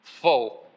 full